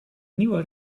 nieuwe